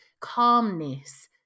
calmness